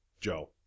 Joe